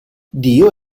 dio